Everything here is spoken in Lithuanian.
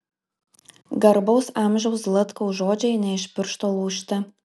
garbaus amžiaus zlatkaus žodžiai ne iš piršto laužti